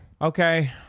Okay